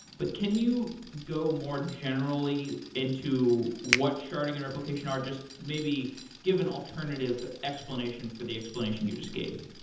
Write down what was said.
but can you go more generally into what sharding and replication are, just maybe give an alternative explanation for the explanation you just gave.